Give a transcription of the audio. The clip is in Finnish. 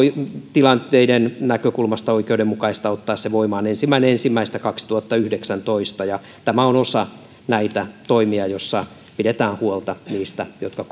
tilanteiden näkökulmasta oikeudenmukaista ottaa se voimaan ensimmäinen ensimmäistä kaksituhattayhdeksäntoista tämä on osa näitä toimia joissa pidetään huolta niistä jotka